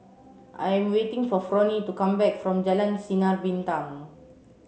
I'm waiting for Fronie to come back from Jalan Sinar Bintang